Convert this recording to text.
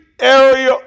area